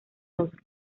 dos